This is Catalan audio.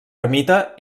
ermita